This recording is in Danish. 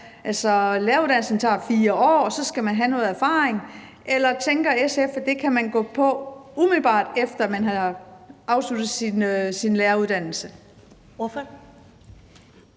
Altså, læreruddannelsen tager 4 år, og så skal man have noget erfaring. Eller tænker SF, at man kan gå i gang med den, umiddelbart efter man har afsluttet sin læreruddannelse?